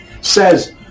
says